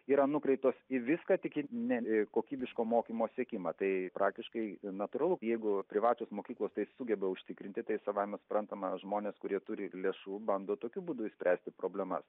yra nukreiptos į viską tik ne į kokybiško mokymo siekimą tai praktiškai natūralu jeigu privačios mokyklos tai sugeba užtikrinti tai savaime suprantama žmonės kurie turi ir lėšų bando tokiu būdu išspręsti problemas